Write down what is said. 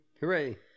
Hooray